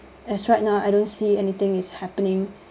as right now I don't see anything is happening